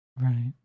Right